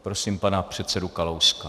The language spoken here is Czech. Prosím pana předsedu Kalouska.